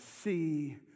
see